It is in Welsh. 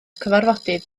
cyfarfodydd